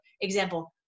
example